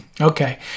Okay